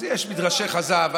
אז יש מדרשי חז"ל.